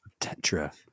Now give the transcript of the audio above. tetra